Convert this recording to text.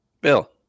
Bill